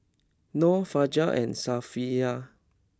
Nor Fajar and Safiya